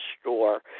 store